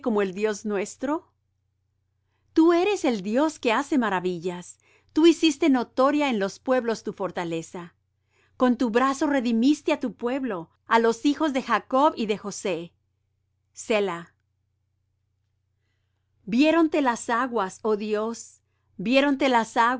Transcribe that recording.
el dios nuestro tú eres el dios que hace maravillas tú hiciste notoria en los pueblos tu fortaleza con tu brazo redimiste á tu pueblo a los hijos de jacob y de josé selah viéronte las aguas oh dios viéronte las